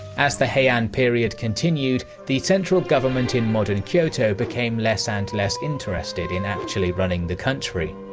as the heian period continued, the central government in modern kyoto became less and less interested in actually running the country.